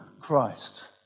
Christ